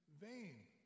vain